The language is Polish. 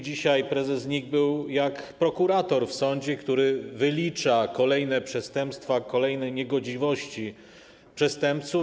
Dzisiaj prezes NIK był jak prokurator w sądzie, który wylicza kolejne przestępstwa, kolejne niegodziwości przestępców.